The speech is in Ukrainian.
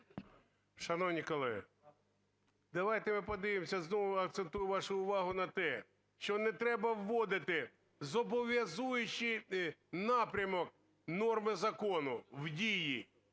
Шановні колеги, давайте ми подивимося, знову акцентую вашу увагу на те, що не треба вводити зобов'язуючий напрямок норми закону в дії,